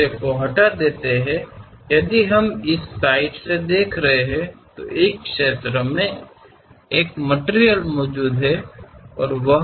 ನಾವು ಆ ಭಾಗವನ್ನು ತೆಗೆದುಹಾಕಿದಾಗ ನಾವು ಈ ಅಡ್ಡ ದೃಷ್ಟಿಕೋನದಿಂದ ನೋಡುತ್ತಿದ್ದರೆ ಈ ವಲಯದಲ್ಲಿ ಒಂದು ವಸ್ತು ಇದೆ ಎಂದು ನೋಡಬಹುದು